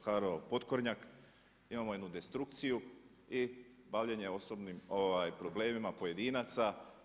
poharao potkornjak, imamo jednu destrukciju i bavljenja osobnim problemima pojedinaca.